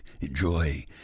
enjoy